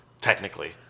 technically